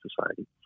society